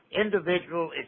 individual